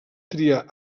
triar